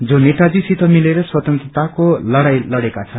जो नेताजीसित मिलेर स्वतन्त्रताको लड़ाई लड़ेका छन्